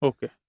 Okay